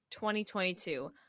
2022